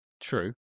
true